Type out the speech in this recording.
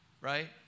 right